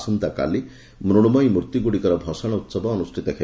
ଆସନ୍ତାକାଲି ମୃଶ୍ମୟୀ ମୂର୍ଭିଗୁଡ଼ିକର ଭସାଣ ଉସବ ଅନୁଷ୍ଠିତ ହେବ